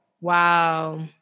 Wow